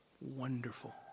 wonderful